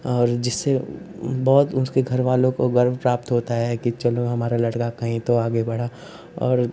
और जिससे बहुत उसके घरवालों को गर्व प्राप्त होता है कि चलो हमारा लड़का कहीं तो आगे बढ़ा और